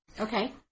Okay